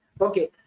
Okay